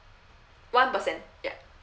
one percent ya